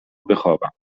بخوابم